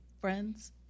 friends